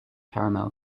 caramel